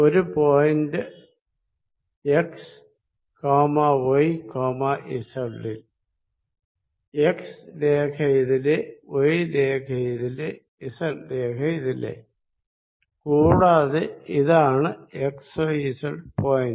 ഒരു point x y z ൽ x രേഖ ഇതിലെy രേഖ ഇതിലെz രേഖ ഇതിലെ കൂടാതെ ഇതാണ് x y z പോയിന്റ്